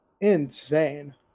insane